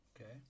okay